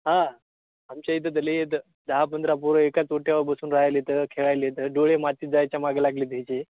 हां आमच्या इथं तलेत दहा पंधरा पोरं एकाच ओट्यावर बसून राहिलेतं खेळायलेतं डोळे माती जायच्या मागं लागले त्याचे